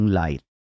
light